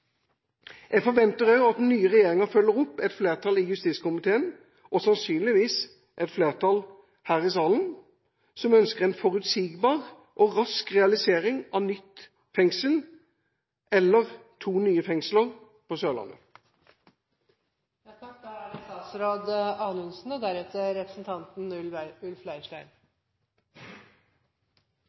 Jeg forventer også at den nye regjeringa følger opp et flertall i justiskomiteen – og sannsynligvis et flertall her i salen – som ønsker en forutsigbar og rask realisering av nytt fengsel, eller to nye fengsler, på